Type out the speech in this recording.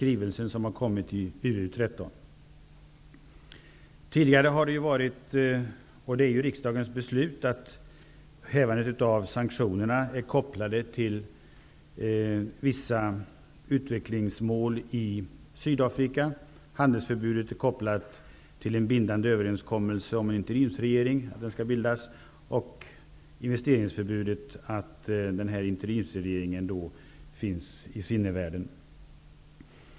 Riksdagen har tidigare beslutat att hävandet av sanktionerna skall vara kopplat till vissa utvecklingsmål i Sydafrika. Ett hävande av handelsförbudet är kopplat till en bindande överenskommelse om att en interimsregering skall bildas och ett hävande av investeringsförbudet till att interimsregeringen skall finnas i sinnevärlden.